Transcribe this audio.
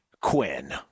Quinn